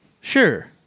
Sure